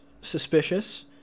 suspicious